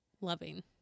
loving